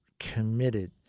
committed